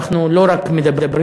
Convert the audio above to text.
אנחנו לא רק מדברים,